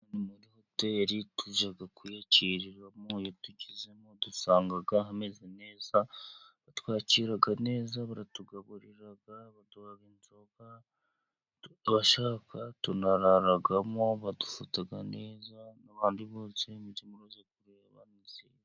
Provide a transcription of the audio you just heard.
Muri Hoteli tujya kwiyakiriramo, iyo tugezemo dusanga hameze neza, ba twakira neza baratugaburira, baduha inzoga abashaka tunararamo, badufata neza n'abandi bose muze muraza, kureba musi.